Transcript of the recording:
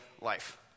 life